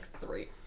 three